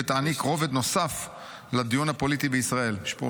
ותעניק רובד נוסף לדיון הפוליטי בישראל." יש